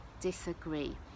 disagree